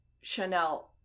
Chanel